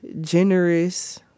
generous